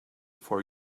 for